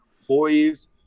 employees